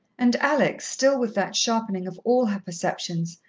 and alex, still with that sharpening of all her perceptions,